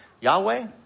Yahweh